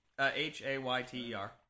H-A-Y-T-E-R